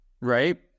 Right